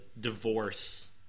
divorce